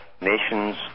nations